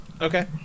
Okay